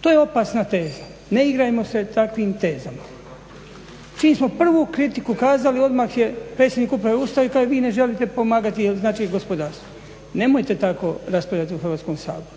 To je opasna teza. Ne igrajmo se takvim tezama. Čim smo prvu kritiku kazali odmah je predsjednik uprave ustao i kaže vi ne želite pomagati gospodarstvu. Nemojte tako raspravljati u Hrvatskom saboru.